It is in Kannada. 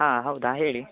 ಹಾಂ ಹೌದಾ ಹೇಳಿ